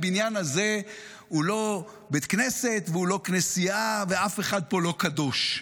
הבניין הזה הוא לא בית כנסת והוא לא כנסייה ואף אחד פה לא קדוש.